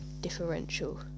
differential